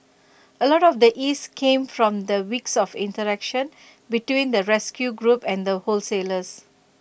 A lot of the ease came from weeks of interaction between the rescue group and the wholesalers